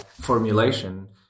formulation